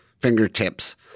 fingertips